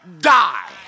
die